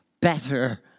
better